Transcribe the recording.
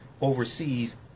Overseas